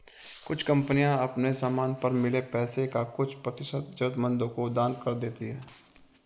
कुछ कंपनियां अपने समान पर मिले पैसे का कुछ प्रतिशत जरूरतमंदों को दान कर देती हैं